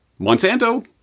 Monsanto